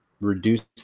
reduce